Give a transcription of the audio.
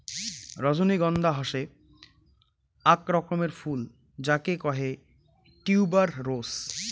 রজনীগন্ধা হসে আক রকমের ফুল যাকে কহে টিউবার রোস